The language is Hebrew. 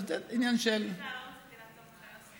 סליחה, לא רציתי להפריע לך, יוסי.